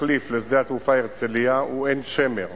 כתחליף לשדה התעופה הרצלייה הוא עין-שמר,